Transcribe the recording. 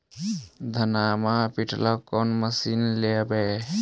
धनमा पिटेला कौन मशीन लैबै?